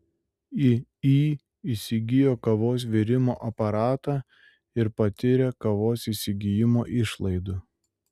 iį įsigijo kavos virimo aparatą ir patiria kavos įsigijimo išlaidų